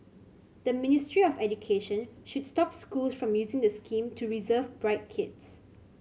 the Ministry of Education should stop schools from using the scheme to reserve bright kids